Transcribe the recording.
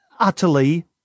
utterly